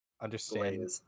understand